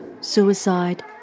suicide